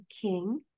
king